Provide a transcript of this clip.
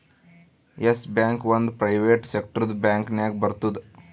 S Bank ಒಂದ್ private ಸೆಕ್ಟರ್ದು bank ನಾಗ್ ಬರ್ತುದ್